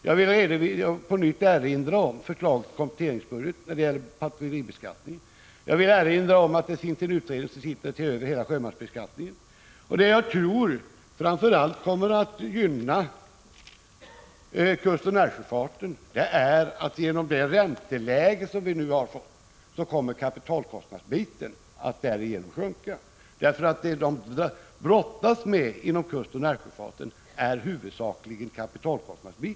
Jag vill på nytt erinra om förslaget i kompletteringspropositionen när det gäller partsrederibeskattningen. Jag vill också påminna om att en utredning har till uppgift att se över hela sjömansbeskattningen. Det som jag tror framför allt kommer att gynna kustoch närsjöfarten är att kapitalkostnaden kommer att sjunka till följd av det ränteläge som vi nu har fått. Det som man brottas med inom kustoch närsjöfarten är huvudsakligen kapitalkostnaderna.